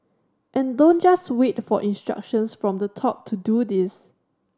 and don't just wait for instructions from the top to do this